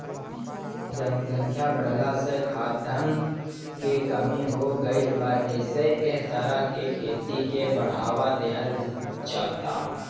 जनसंख्या बाढ़ला से खाद्यान के कमी हो गईल बा एसे एह तरह के खेती के बढ़ावा देहल जाता